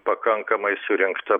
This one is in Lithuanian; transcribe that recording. pakankamai surinkta